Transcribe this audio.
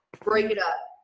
break it up.